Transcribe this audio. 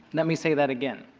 let me say that again.